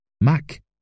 Mac